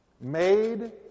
made